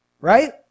Right